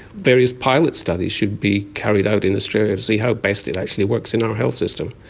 various pilot studies should be carried out in australia to see how best it actually works in our health system.